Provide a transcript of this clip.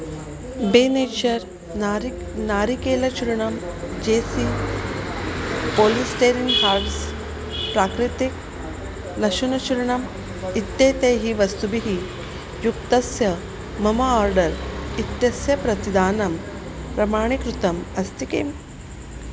बे nature नारिक् नारिकेलचूर्णम् जे सी पोलिस्टेरिन् हार्ड्स् प्राकृतिकं लशुनचूर्णम् इत्येतैः वस्तुभिः युक्तस्य मम आर्डर् इत्यस्य प्रतिदानं प्रमाणीकृतम् अस्ति किम्